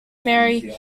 mary